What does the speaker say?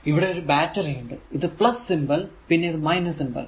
ഇവിടെ ഒരു ബാറ്ററി ഉണ്ട് ഇത് സിംബൽ പിന്നെ ഇത് സിംബൽ